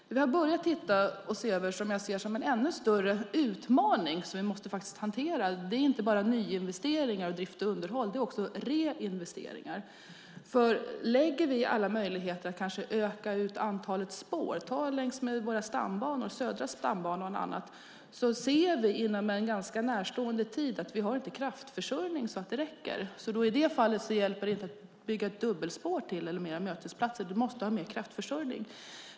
Det vi har börjat se över, och som jag ser som en ännu större utmaning som vi måste hantera, är inte bara nyinvesteringar, drift och underhåll utan också reinvesteringar. Använder vi alla möjligheter att utöka antalet spår, som längs med våra stambanor - Södra stambanan och annat - ser vi inom en ganska närstående tid att vi inte har kraftförsörjning så att det räcker. I det fallet hjälper det inte att bygga ett dubbelspår till eller fler mötesplatser. Vi måste ha mer kraftförsörjning.